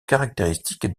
caractéristique